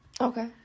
Okay